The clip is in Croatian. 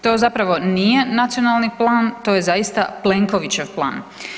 To zapravo nije nacionalni plan, to je zaista Plenkovićev plan.